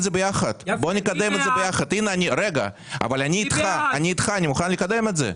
מי בעד קבלת ההסתייגות?